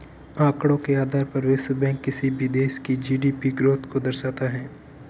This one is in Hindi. आंकड़ों के आधार पर ही विश्व बैंक किसी भी देश की जी.डी.पी ग्रोथ को दर्शाता है